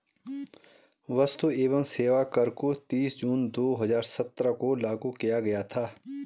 वस्तु एवं सेवा कर को तीस जून दो हजार सत्रह को लागू किया गया था